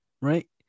Right